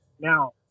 Now